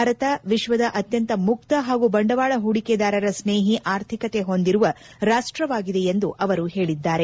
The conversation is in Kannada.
ಭಾರತ ವಿಶ್ವದ ಅತ್ಯಂತ ಮುಕ್ತ ಹಾಗೂ ಬಂಡವಾಳ ಹೂಡಿಕೆದಾರ ಸ್ನೇಹಿ ಆರ್ಥಿಕತೆ ಹೊಂದಿರುವ ರಾಷ್ಟ್ರವಾಗಿದೆ ಎಂದು ಅವರು ಹೇಳಿದ್ದಾರೆ